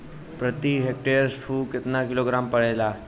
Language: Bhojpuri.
प्रति हेक्टेयर स्फूर केतना किलोग्राम परेला?